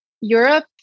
Europe